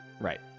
right